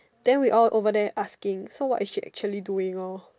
then we all over there asking so what is she actually doing lor